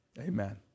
amen